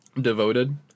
Devoted